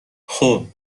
خوب